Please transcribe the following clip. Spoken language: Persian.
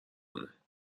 کنه